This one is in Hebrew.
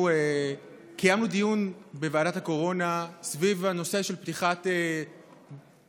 קיימנו דיון בוועדת הקורונה סביב הנושא של פתיחת הספארי,